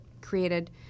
created